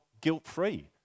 guilt-free